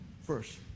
First